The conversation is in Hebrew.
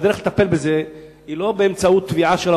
שהדרך לטפל בזה היא לא באמצעות תביעה נגד